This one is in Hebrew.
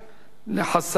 לחסר זכות,